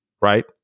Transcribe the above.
Right